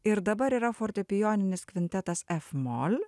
ir dabar yra fortepijoninis kvintetas f mol